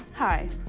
Hi